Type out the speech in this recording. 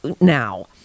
now